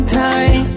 time